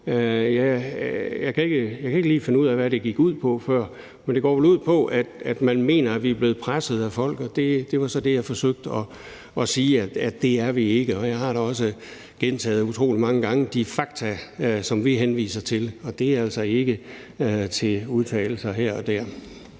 Jeg kan ikke lige finde ud af, hvad det gik ud på før, men det går vel ud på, at man mener, at vi er blevet presset af folk. Det var så det, jeg forsøgte at sige at vi ikke er. Jeg har da også utrolig mange gange gentaget de fakta, som vi henviser til, og det er altså ikke til udtalelser her og der.